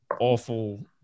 awful